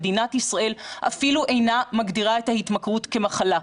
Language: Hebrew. מדינת ישראל אפילו אינה מגדירה את ההתמכרות כמחלה.